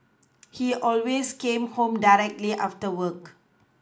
he always came home directly after work